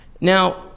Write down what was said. now